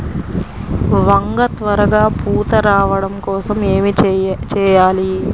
వంగ త్వరగా పూత రావడం కోసం ఏమి చెయ్యాలి?